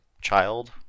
child